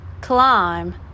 climb